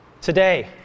today